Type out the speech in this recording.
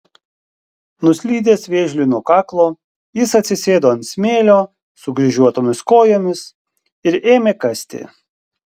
nuslydęs vėžliui nuo kaklo jis atsisėdo ant smėlio sukryžiuotomis kojomis ir ėmė kasti